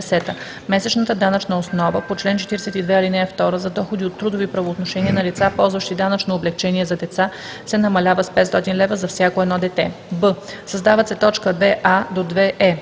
„(10) Месечната данъчна основа по чл. 42, ал. 2 за доходи от трудови правоотношения на лица, ползващи данъчно облекчение за деца се намалява с 500 лв. за всяко едно дете.“ б) създават се точки 2а – 2е: